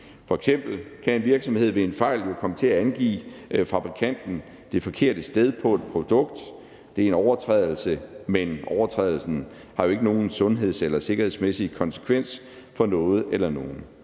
kan en virksomhed ved en fejl jo komme til at angive fabrikanten det forkerte sted på et produkt. Det er en overtrædelse, men overtrædelsen har jo ikke nogen sundheds- eller sikkerhedsmæssig konsekvens for noget eller nogen.